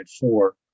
four